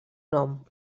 nom